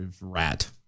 rat